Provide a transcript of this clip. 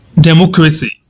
democracy